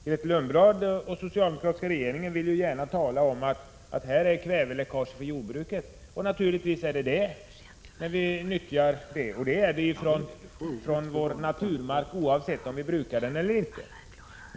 Grethe Lundblad och den socialdemokratiska regeringen vill gärna tala om att det är kväveläckaget från jordbruket som är problemet. Naturligtvis är nyttjandet av kväve ett problem. Men läckage av kväve 17 förekommer från vår naturmark oavsett om vi brukar den eller inte.